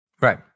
Right